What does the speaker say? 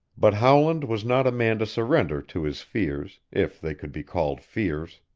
but howland was not a man to surrender to his fears, if they could be called fears.